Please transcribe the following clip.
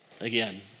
again